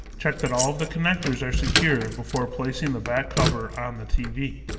check that all of the connectors are secure before placing the back cover on the tv.